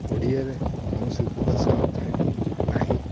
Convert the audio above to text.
ଓଡ଼ିଆରେ କୌଣସି ଉପଭାଷା ନଥାଏ ନାହିଁ